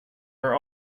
were